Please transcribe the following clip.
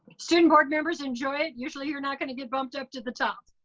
student board members enjoy it, usually you're not gonna get bumped up to the top.